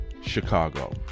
Chicago